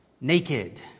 Naked